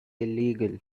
illegal